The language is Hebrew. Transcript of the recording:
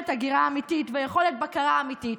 הגירה אמיתית ויכולת בקרה אמיתית,